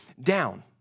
down